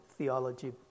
Theology